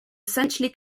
essentially